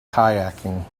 kayaking